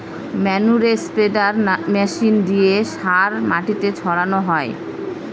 ম্যানুরে spreader machine দিয়ে সার মাটিতে ছড়ানো হয়